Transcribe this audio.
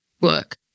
work